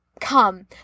come